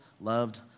loved